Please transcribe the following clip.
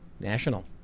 national